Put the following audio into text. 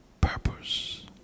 purpose